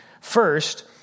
First